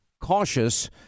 cautious